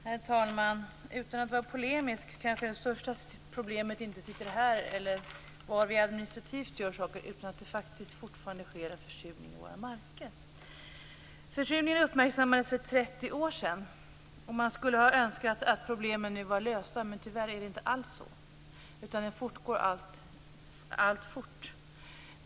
Herr talman! Utan att vara polemisk kan jag säga att det största problemet kanske inte är vad vi administrativt gör utan att det faktiskt fortfarande sker en försurning i våra marker. Försurningen uppmärksammades för 30 år sedan. Man skulle ha önskat att problemen nu var lösta, men tyvärr är det inte alls på det sättet. Den fortgår alltjämt.